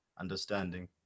understanding